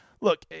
look